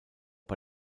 bei